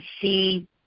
see